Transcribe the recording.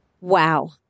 Wow